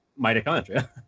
mitochondria